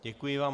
Děkuji vám.